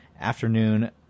afternoon